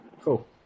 Cool